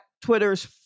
Twitter's